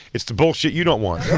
it's the bullshit you don't want. no.